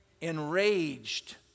Enraged